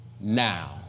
Now